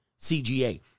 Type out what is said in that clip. CGA